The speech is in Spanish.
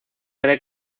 cree